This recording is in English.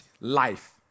life